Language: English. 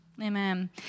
Amen